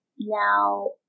now